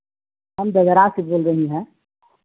हम डगरा से बोल रही हैं